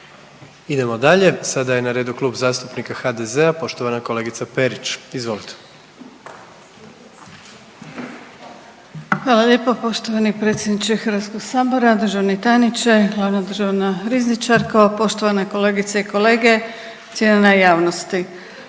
Idemo dalje, sada je na redu Klub zastupnika HDZ-a, poštovana kolegica Perić. Izvolite. **Perić, Grozdana (HDZ)** Hvala lijepa poštovani predsjedniče Hrvatskog sabora. Državni tajniče, glavna državna rizničarka, poštovane kolegice i kolege, cijenjena javnosti,